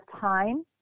time